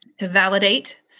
validate